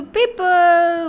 people